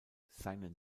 seinen